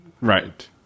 Right